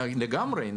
לגמרי.